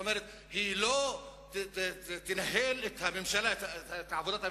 היא לא תנהל את עבודת הממשלה,